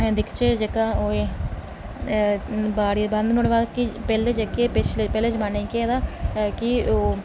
दिखचै जेह्का ओह् ऐ नुहाड़े बाद पैह्लें जेह्के पिछले पैह्ले जमानै जेह्का केह् हा कि ओह्